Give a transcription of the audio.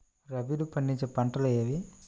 రబీలో పండించే పంటలు ఏవి?